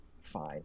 Fine